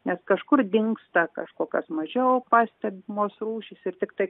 nes kažkur dingsta kažkokios mažiau pastebimos rūšys ir tiktai